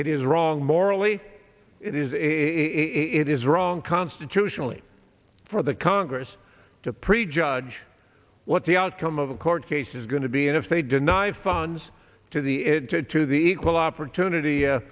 it is wrong morally it is a it is wrong constitutionally for the congress to prejudge what the outcome of a court case is going to be and if they deny funds to the to the equal opportunity a